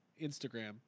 Instagram